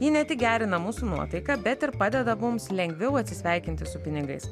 ji ne tik gerina mūsų nuotaiką bet ir padeda mums lengviau atsisveikinti su pinigais